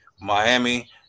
Miami